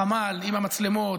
החמ"ל עם המצלמות,